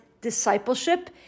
discipleship